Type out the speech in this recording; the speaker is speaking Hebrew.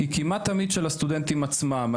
היא כמעט תמיד של הסטודנטים עצמם.